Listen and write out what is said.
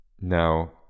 Now